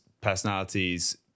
personalities